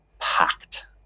packed